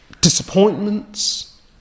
disappointments